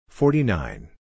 forty-nine